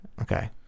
Okay